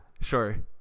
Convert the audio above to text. sure